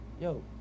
yo